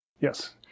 Yes